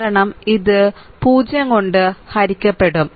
കാരണം ഇത് 0 കൊണ്ട് ഹരിക്കപ്പെടും